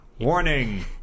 warning